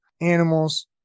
animals